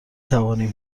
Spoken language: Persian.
توانیم